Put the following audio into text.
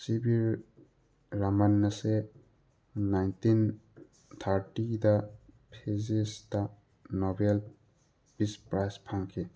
ꯁꯤ ꯕꯤ ꯔꯥꯃꯟ ꯑꯁꯦ ꯅꯥꯏꯟꯇꯤꯟ ꯊꯥꯔꯇꯤꯗ ꯐꯤꯖꯤꯛꯁꯇ ꯅꯣꯕꯦꯜ ꯄꯤꯁ ꯄ꯭ꯔꯥꯏꯁ ꯐꯪꯈꯤ